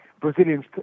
Brazilians